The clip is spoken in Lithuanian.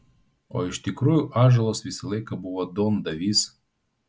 o iš tikrųjų ąžuolas visą laiką buvo duondavys